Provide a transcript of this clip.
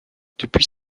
depuis